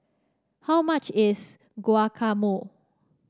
how much is Guacamole